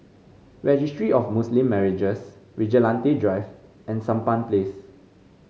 Registry of Muslim Marriages Vigilante Drive and Sampan Place